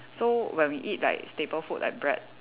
so when we eat like staple food like bread